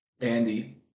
Andy